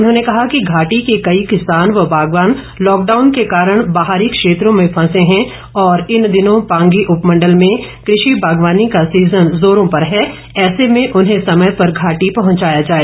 उन्होंने कहा कि घाटी के कई किसान व बागवान लॉकडाउन के कारण बाहरी क्षेत्रों में फंसे हैं और इन दिनों पांगी उपमंडल में कृषि बागवानी का सीजन जोरों पर है ऐसे में उन्हें समय पर घाटी पहुंचाया जाए